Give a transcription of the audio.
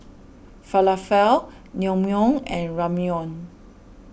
Falafel Naengmyeon and Ramyeon